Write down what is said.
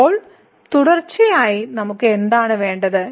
ഇപ്പോൾ തുടർച്ചയ്ക്കായി നമുക്ക് എന്താണ് വേണ്ടത്